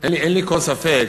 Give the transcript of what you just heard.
אין לי כל ספק